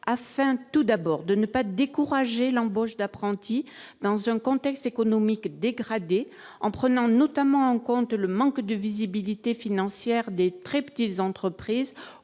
afin de ne pas décourager l'embauche d'apprentis dans un contexte économique dégradé, en prenant notamment en compte le manque de visibilité financière des TPE au moment de